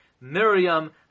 Miriam